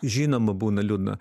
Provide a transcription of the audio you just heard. žinoma būna liūdna